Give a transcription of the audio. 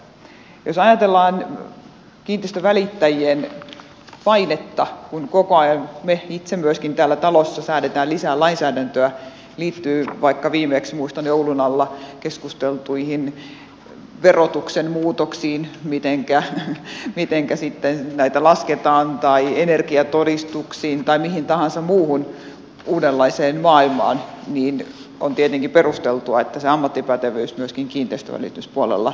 jos ajatellaan kiinteistönvälittäjien painetta kun koko ajan myöskin me itse täällä talossa säädämme lisää lainsäädäntöä liittyy vaikka viimeksi muistan joulun alla keskusteltuihin verotuksen muutoksiin mitenkä sitten näitä lasketaan tai energiatodistuksiin tai mihin tahansa muuhun uudenlaiseen maailmaan niin on tietenkin perusteltua että se ammattipätevyys myöskin kiinteistönvälityspuolella kasvaa